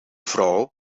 vrouw